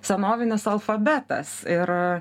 senovinis alfabetas ir